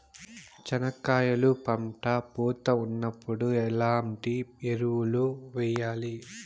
చెనక్కాయలు పంట పూత ఉన్నప్పుడు ఎట్లాంటి ఎరువులు వేయలి?